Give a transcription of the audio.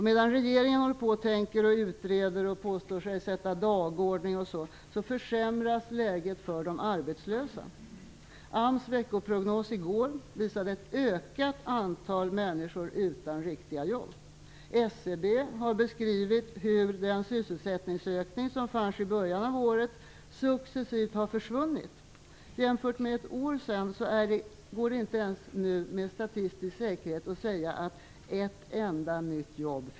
Medan regeringen håller på och tänker och utreder och påstår sig sätta dagordning etc. försämras läget för de arbetslösa. AMS veckoprognos i går visade ett ökat antal människor utan riktiga jobb. SCB har beskrivit hur den sysselsättningsökning som fanns i början av året successivt har försvunnit. Jämfört med läget för ett år sedan går det nu inte att säga med statistisk säkerhet att det finns ens ett enda nytt jobb.